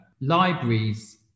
libraries